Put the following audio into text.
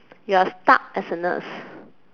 you are stuck as a nurse